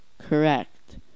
correct